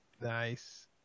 Nice